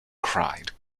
cried